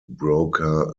broker